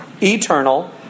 eternal